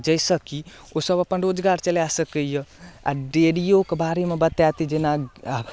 जाहिसँ कि ओसब अपन रोजगार चलाए सकैया आ डेरियोके बारेमे बतायत जेना आब